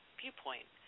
viewpoint